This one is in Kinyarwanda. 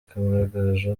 kamagaju